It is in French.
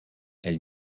elle